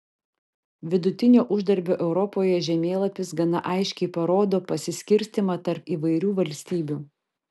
vidutinio uždarbio europoje žemėlapis gana aiškiai parodo pasiskirstymą tarp įvairių valstybių